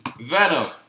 Venom